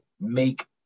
make –